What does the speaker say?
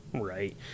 right